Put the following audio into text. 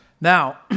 Now